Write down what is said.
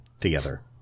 together